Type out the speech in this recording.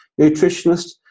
nutritionist